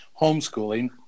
homeschooling